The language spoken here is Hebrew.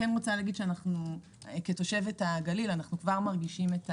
אנחנו רואים את